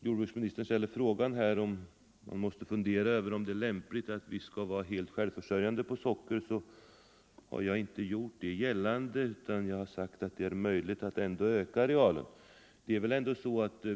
Jordbruksministern säger att vi måste fundera över om det är lämpligt att vi skall vara helt självförsörjande i fråga om socker. Ja, jag har inte gjort gällande att vi skall vara självförsörjande, utan jag har sagt att det ändå är möjligt att öka arealen.